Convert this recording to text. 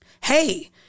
Hey